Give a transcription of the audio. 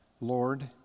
Lord